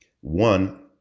One